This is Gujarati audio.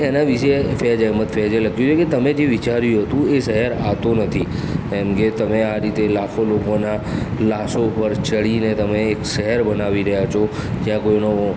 એના વિશે ફૈઝ એહમદ ફૈઝે લખ્યું છે કે તમે જે વિચાર્યું હતું એ શહેર આ તો નથી એમ કે તમે આ રીતે લાખો લોકોનાં લાશો ઉપર ચઢીને તમે એક શહેર બનાવી રહ્યા છો જ્યાં કોઇનો